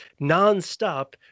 nonstop